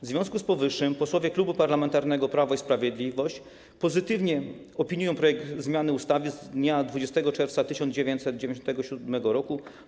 W związku z powyższym posłowie Klubu Parlamentarnego Prawo i Sprawiedliwość pozytywnie opiniują projekt zmiany ustawy z dnia 20 czerwca 1997 r.